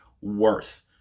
worth